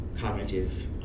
cognitive